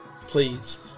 please